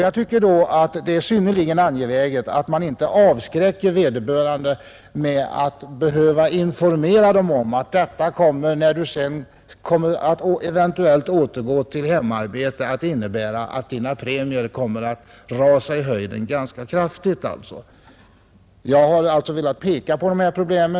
Jag tycker då att det är synnerligen angeläget att man inte avskräcker vederbörande med att behöva informera om att när hon sedan eventuellt återgår till hemarbete så kommer hennes premier att öka ganska kraftigt. Jag har alltså velat peka på dessa problem.